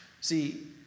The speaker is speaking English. See